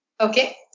okay